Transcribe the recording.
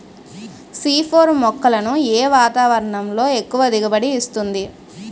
C four మొక్కలను ఏ వాతావరణంలో ఎక్కువ దిగుబడి ఇస్తుంది?